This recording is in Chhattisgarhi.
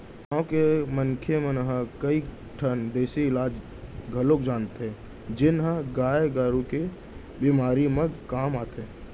गांव के मनसे मन ह कई ठन देसी इलाज घलौक जानथें जेन ह गाय गरू के बेमारी म काम आथे